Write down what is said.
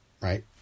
right